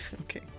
Okay